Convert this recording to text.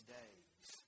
days